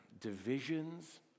divisions